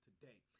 today